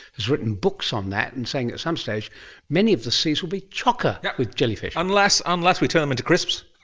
has written books on that and saying at some stage many of the seas would be chocka with jellyfish. unless unless we turn them into crisps,